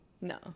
no